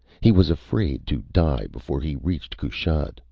he was afraid to die before he reached kushat.